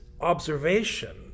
observation